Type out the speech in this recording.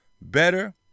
better